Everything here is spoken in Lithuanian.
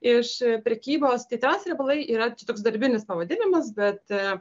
iš prekybos tai trans riebalai yra toks darbinis pavadinimas bet